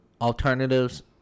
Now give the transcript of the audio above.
alternatives